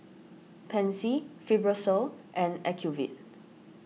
Pansy Fibrosol and Ocuvite